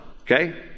okay